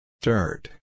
Dirt